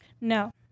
No